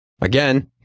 Again